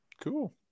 Cool